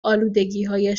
الودگیهای